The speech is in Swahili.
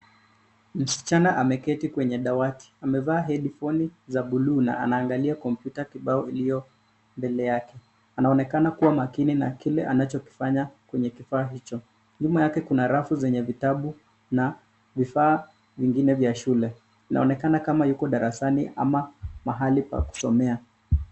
Msichana ameketi kwenye dawati. Amevaa hedifoni za buluu na anaangalia kompyuta kibao iliyo mbele yake. Anaonekana kuwa makini na kile anachokifanya kwenye kifaa hicho. Nyuma yake kuna rafu zenye vitabu na vifaa vingine vya shule. Inaonekana kama yuko darasani ama mahali pa kusomea.